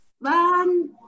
One